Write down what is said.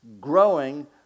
growing